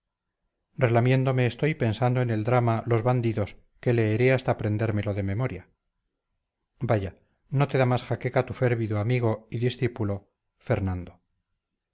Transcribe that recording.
relamiéndome estoy pensando en el drama los bandidos que leeré hasta aprendérmelo de memoria vaya no te da más jaqueca tu férvido amigo y discípulo fernando